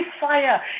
fire